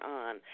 on